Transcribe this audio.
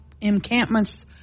encampments